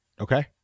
Okay